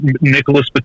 Nicholas